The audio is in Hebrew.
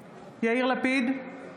לפיד,